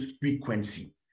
frequency